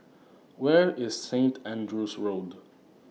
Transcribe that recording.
Where IS St Andrew's Road